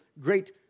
great